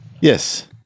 Yes